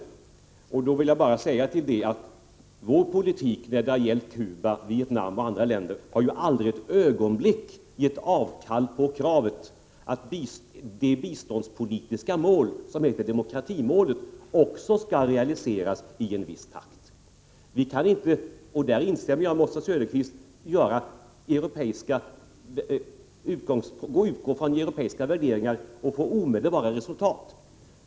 Till detta vill jag bara säga att vår politik när det har gällt Cuba, Vietnam och andra länder aldrig ett ögonblick har gett avkall på kravet att det biståndspolitiska mål som kallas demokratimålet också skall realiseras i en viss takt. Vi kan inte — på den punkten instämmer jag med Oswald Söderqvist — när vi använder europeiska värderingar utgå från att vi skall få omedelbara resultat.